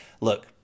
Look